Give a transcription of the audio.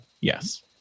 Yes